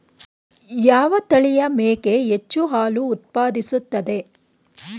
ಯಾವ ತಳಿಯ ಮೇಕೆ ಹೆಚ್ಚು ಹಾಲು ಉತ್ಪಾದಿಸುತ್ತದೆ?